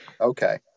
Okay